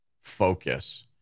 focus